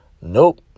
Nope